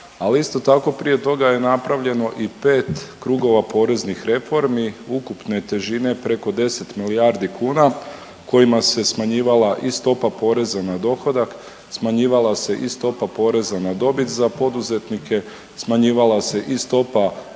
Ali isto tako prije toga je napravljeno i pet krugova poreznih reformi ukupne težine preko 10 milijardi kuna kojima se smanjivala i stopa poreza na dohodak, smanjivala se i stopa poreza na dobit za poduzetnike, smanjivala se i stopa